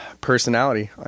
personality